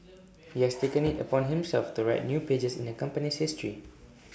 he has taken IT upon himself to write new pages in the company's history